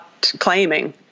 claiming